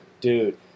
Dude